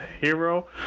hero